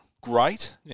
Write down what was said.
great